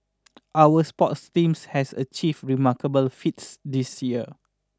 our sports teams has achieved remarkable feats this year